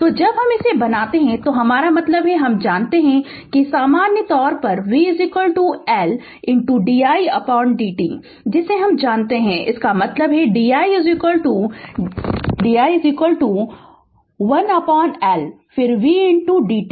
तो जब इसे बनाते हैं हमारा मतलब है कि हम जानते हैं कि सामान्य तौर पर v L di dt जिसे हम जानते हैं इसका मतलब है di di 1L फिर v dt